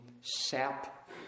sap